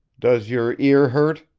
does your ear hurt?